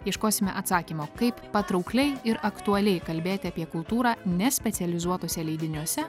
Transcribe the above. ieškosime atsakymo kaip patraukliai ir aktualiai kalbėti apie kultūrą ne specializuotuose leidiniuose